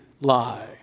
lie